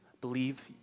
believe